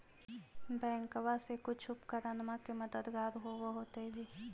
बैंकबा से कुछ उपकरणमा के मददगार होब होतै भी?